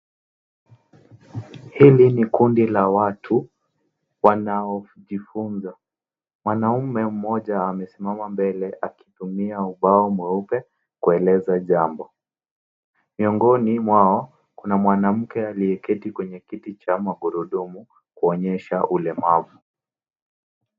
Hili ni kundi la watu wanaojifunza. Mwanaume mmoja amesimama mbele akitumia ubao mweupe kueleza jambo. Miongoni mwao kuna mwanamke aliyeketi kwenye kiti cha magurudumu kuonyesha ulemavu.